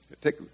Take